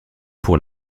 pour